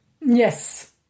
Yes